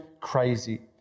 crazy